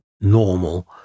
normal